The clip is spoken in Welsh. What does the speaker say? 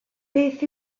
beth